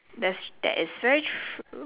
that's that is so true